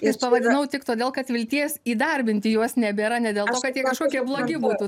ir pavadinau tik todėl kad vilties įdarbinti jos nebėra ne dėl to kad jie kažkokie blogi būtų